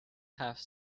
have